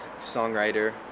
songwriter